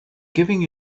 giving